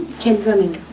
kindra mingo.